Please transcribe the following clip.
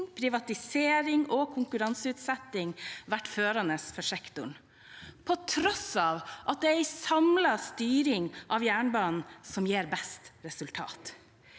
privatisering og konkurranseutsetting vært førende for sektoren på tross av at det er en samlet styring av jernbanen som gir best resultat.